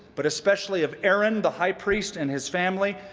but especially of aaron the high priest and his family.